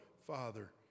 Father